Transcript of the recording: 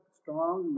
strong